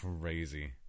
Crazy